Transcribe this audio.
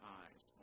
eyes